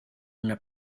una